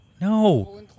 No